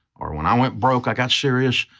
or when i went broke, i got serious,